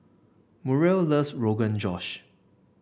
Muriel loves Rogan Josh